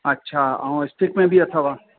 अच्छा ऐं स्टिक में बि अथव